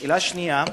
שאלה שנייה: